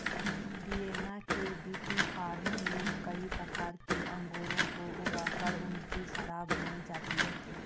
Vienna के विटीफार्म में कई प्रकार के अंगूरों को ऊगा कर उनकी शराब बनाई जाती है